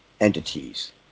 Entities